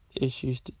issues